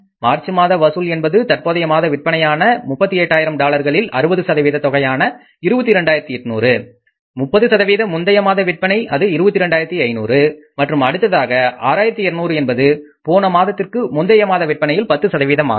March மாத வசூல் என்பது தற்போதைய மாத விற்பனையான 38000 டாலர்களில் 60 சதவீத தொகையான 22800 30 முந்தைய மாத விற்பனை அது 22500 மற்றும் அடுத்ததாக 6200 என்பது போன மாதத்திற்கு முந்தைய மாத விற்பனையில் 10 சதவீதமாகும்